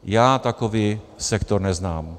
Já takový sektor neznám.